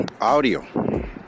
audio